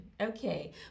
Okay